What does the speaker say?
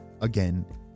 again